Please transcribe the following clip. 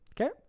Okay